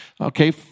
okay